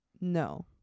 No